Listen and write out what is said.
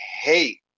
hate